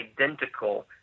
identical